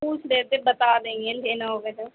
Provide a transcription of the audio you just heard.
پوچھ رہے تھے بتا دیں گے لینا ہوگا تو